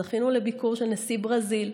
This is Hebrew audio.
זכינו לביקור של נשיא ברזיל,